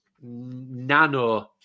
nano